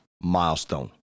milestone